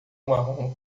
marrom